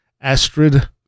Astrid